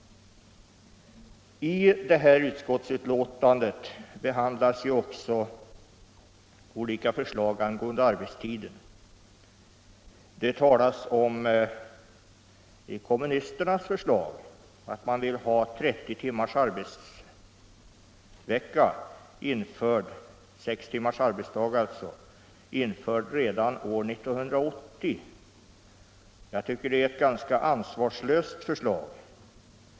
I detta utskottsbetänkande behandlas också olika förslag angående arbetstiden. Det talas i kommunisternas förslag om att man vill ha 30 timmars arbetsvecka, dvs. sex timmars arbetsdag, införd redan 1980. Jag tycker att det är ett ganska ansvarslöst förslag.